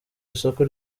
isoko